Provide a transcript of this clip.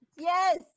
yes